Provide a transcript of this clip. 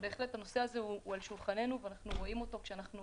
בהחלט הנושא הזה על שולחננו ואנחנו רואים אותו כשאנחנו